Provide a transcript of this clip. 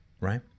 right